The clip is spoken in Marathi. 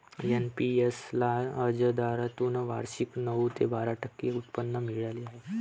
एन.पी.एस ला व्याजदरातून वार्षिक नऊ ते बारा टक्के उत्पन्न मिळाले आहे